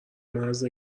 مرز